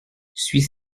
suis